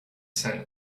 sand